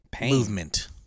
movement